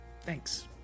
Thanks